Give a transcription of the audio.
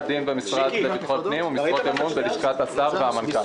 דין במשרד לביטחון פנים ומשרות אמון בלשכת השר והמנכ"ל.